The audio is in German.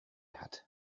hat